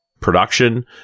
production